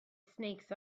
snakes